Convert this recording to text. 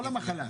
לא המחלה.